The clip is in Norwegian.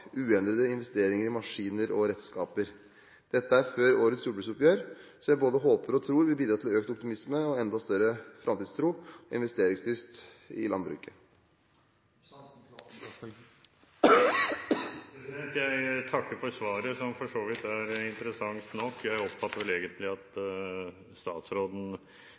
uendrede investeringer i maskiner og redskaper. Dette er før årets jordbruksoppgjør, som jeg både håper og tror vil bidra til økt optimisme og enda større framtidstro og investeringslyst i landbruket. Jeg takker for svaret, som for så vidt er interessant nok. Jeg oppfatter vel egentlig at statsråden